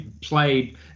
played